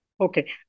Okay